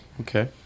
okay